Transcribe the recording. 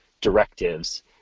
directives